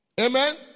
Amen